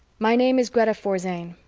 my name is greta forzane.